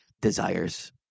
desires